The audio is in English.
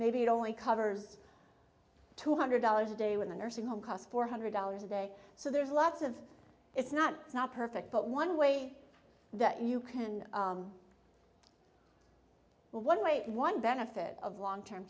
maybe it only covers two hundred dollars a day when the nursing home cost four hundred dollars a day so there's lots of it's not it's not perfect but one way that you can go one way one benefit of long term